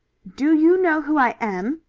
do you know who i am?